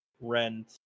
rent